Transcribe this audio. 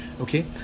Okay